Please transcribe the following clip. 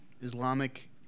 Islamic